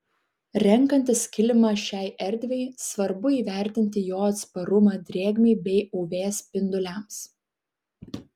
renkantis kilimą šiai erdvei svarbu įvertinti jo atsparumą drėgmei bei uv spinduliams